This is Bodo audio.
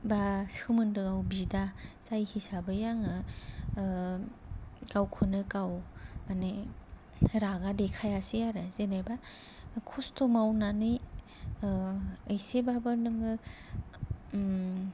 बा सोमोन्दोआव बिदा जायो हिसाबै आङो गावखौनो गाव माने रागा देखायासै आरो जेनेबा खस्थ' मावनानै एसेबाबो नोङो